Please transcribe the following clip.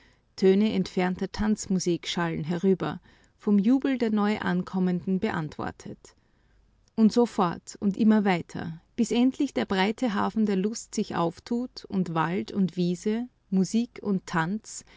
töne entfernter tanzmusik schallen herüber vom jubel der neu ankommenden beantwortet und so fort und immer weiter bis endlich der breite hafen der lust sich auftut und wald und wiese musik und tanz